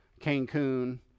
cancun